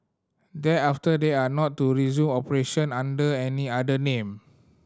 thereafter they are not to resume operation under any other name